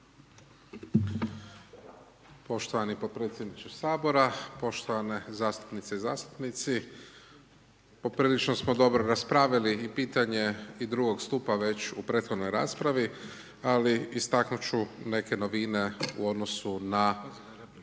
Poštovani podpredsjedniče sabora, poštovane zastupnice i zastupnici poprilično smo dobro raspravili i pitanje i drugog stupa već u prethodnoj raspravi, ali istaknut ću neke novine u odnosu na